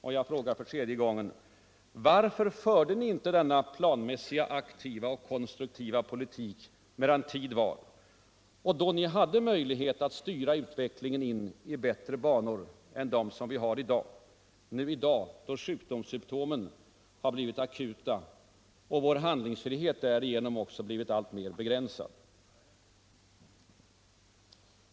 Och jag frågar för tredje gången: Varför förde ni inte denna planmässiga, aktiva och konstruktiva politik medan tid var och då ni hade möjlighet att styra utvecklingen in i bättre banor än dem som vi har i dag, när sjukdomssymtomen har blivit akuta och vår handlingsfrihet därigenom också blivit alltmer begränsad?